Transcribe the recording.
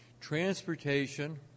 Transportation